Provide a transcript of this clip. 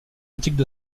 pratiques